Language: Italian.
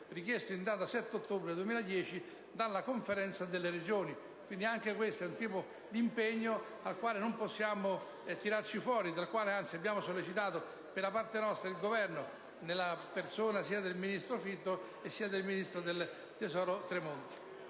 richiesto in data 7 ottobre 2010 dalla Conferenza delle Regioni. Anche questo è un impegno dal quale non possiamo tirarci fuori e per il quale anzi abbiamo sollecitato il Governo, nella persona sia del ministro di Fitto, sia del ministro del tesoro Tremonti.